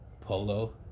Polo